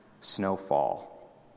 snowfall